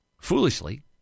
foolishly